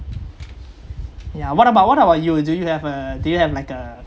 yeah what about what about you do you have a do you have like a